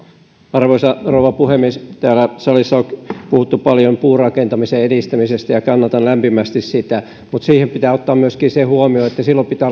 arvoisa rouva puhemies täällä salissa on puhuttu paljon puurakentamisen edistämisestä ja kannatan lämpimästi sitä mutta siinä pitää ottaa myöskin se huomioon että silloin pitää